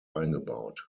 eingebaut